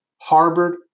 harbored